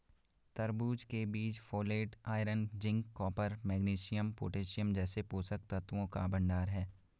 तरबूज के बीज folate, iron, zinc, copper, magnesium, potassium जैसे पोषक तत्वों का भंडार है